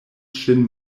ŝin